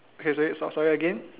okay sorry stop sorry again